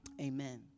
Amen